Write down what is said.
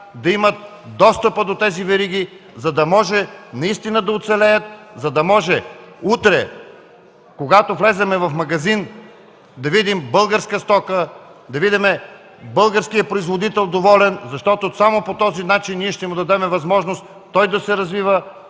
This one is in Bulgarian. да имат достъпа до тези вериги, за да могат да оцелеят, за да може утре, когато влезем в магазин, да видим българска стока, да видим българския производител доволен, защото само по този начин ние ще му дадем възможност той да се развива,